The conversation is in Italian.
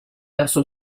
verso